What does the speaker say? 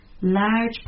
large